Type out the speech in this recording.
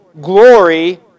glory